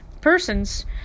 persons